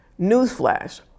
newsflash